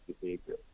behavior